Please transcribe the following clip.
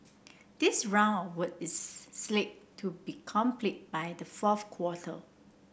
this round of is slate to be complete by the fourth quarter